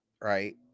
right